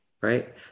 right